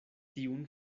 tiun